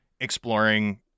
Exploring